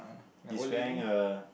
he is wearing a